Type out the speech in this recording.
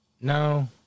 No